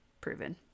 proven